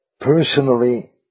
Personally